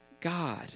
God